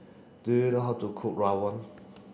do you know how to cook Rawon